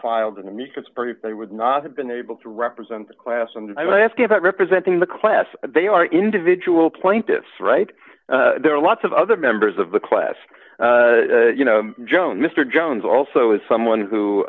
filed an amicus brief they would not have been able to represent the class and i want to ask you about representing the class they are individual plaintiffs right there are lots of other members of the class you know joan mr jones also is someone who